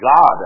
God